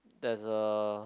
there's a